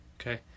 Okay